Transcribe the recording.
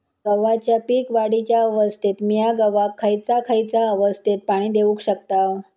गव्हाच्या पीक वाढीच्या अवस्थेत मिया गव्हाक खैयचा खैयचा अवस्थेत पाणी देउक शकताव?